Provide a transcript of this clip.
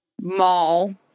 mall